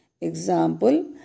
Example